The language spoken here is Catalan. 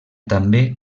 també